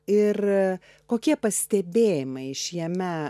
ir kokie pastebėjimai iš jame